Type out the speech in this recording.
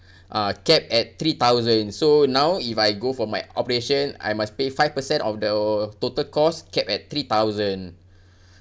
uh capped at three thousand so now if I go for my operation I must pay five percent of the total cost capped at three thousand